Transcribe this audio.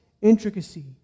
intricacy